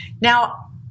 Now